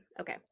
Okay